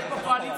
זה לא מפריע,